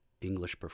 English